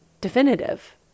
Definitive